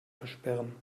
versperren